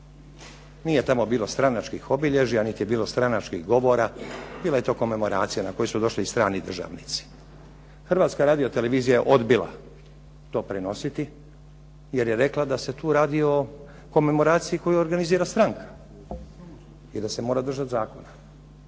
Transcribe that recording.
Nije tamo bilo stranačkih obilježja niti je bilo stranačkih govora. Bila je to komemoracija na koju su došli i strani državnici. Hrvatska radiotelevizija je odbila to prenositi jer je rekla da se tu radi o komemoraciji koju organizira stranka i da se mora držati zakona.